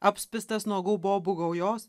apspistas nuogų bobų gaujos